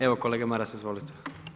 Evo, kolega Maras, izvolite.